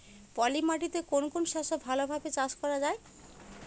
পলি মাটিতে কোন কোন শস্য ভালোভাবে চাষ করা য়ায়?